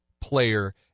player